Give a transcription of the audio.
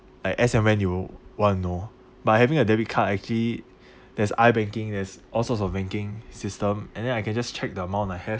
at as when you want to know by having a debit card actually there's I banking there's all sorts of banking system and then I can just check the amount I have